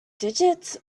digits